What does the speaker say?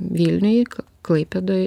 vilniuj klaipėdoj